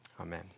Amen